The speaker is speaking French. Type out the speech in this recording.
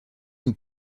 nous